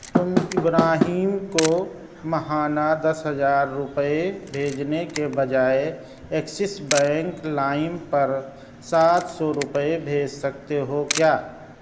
تم ابراہیم کو ماہانہ دس ہزار روپے بھیجنے کے بجائے ایکسس بینک لائم پر سات سو روپے بھیج سکتے ہو کیا